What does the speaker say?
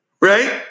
right